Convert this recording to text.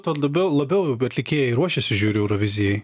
tad labiau labiau atlikėjai ruošiasi žiūriu eurovizijai